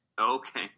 Okay